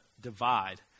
divide